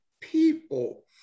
people